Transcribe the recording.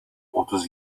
otuz